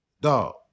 dog